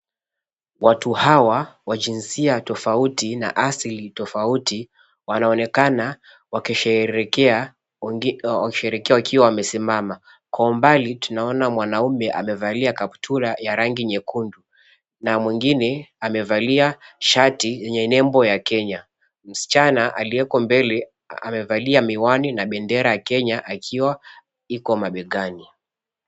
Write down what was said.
Watu hawa wa jinsia tofauti na asili tofauti wanaonekana wakisherehekea wakiwa wamesimama. Kwa umbali tunaona mwanamme amevalia kaptura ya rangi nyekundu na mwingine amevalia shati yenye nembo ya Kenya. Msichana aliyeko mbele amevalia miwani na bendera ya Kenya akiwa iko mabegani.